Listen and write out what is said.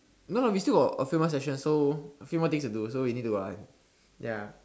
no no we still got a few more session so a few more things to do so you need to buy ya